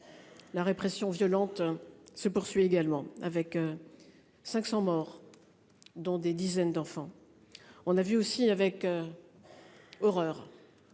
La répression violente se poursuit également avec. 500 morts, dont des dizaines d'enfants. On a vu aussi avec. Horreur.